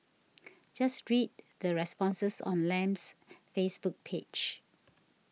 just read the responses on Lam's Facebook page